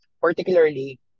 particularly